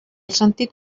sentit